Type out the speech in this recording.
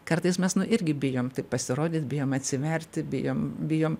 kartais mes nu irgi bijom pasirodyt bijom atsiverti bijom bijom